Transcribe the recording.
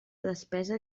despesa